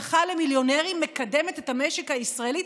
מקדמת את המשק הישראלי?